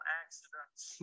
accidents